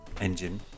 engine